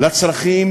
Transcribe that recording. מהצרכים